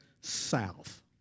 south